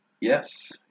Yes